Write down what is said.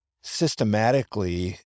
systematically